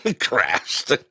Crashed